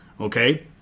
Okay